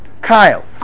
Kyle